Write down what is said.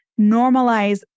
normalize